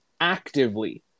actively